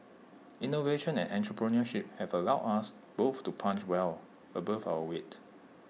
innovation and entrepreneurship have allowed us both to punch well above our weight